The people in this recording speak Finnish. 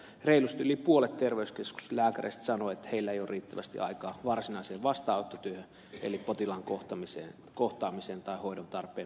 reilusti yli puolet terveyskeskuslääkäreistä sanoo että heillä ei ole riittävästi aikaa varsinaiseen vastaanottotyöhön eli potilaan kohtaamiseen tai hoidon tarpeen määrittelyyn